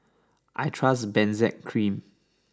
I trust Benzac Cream